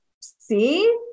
see